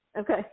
Okay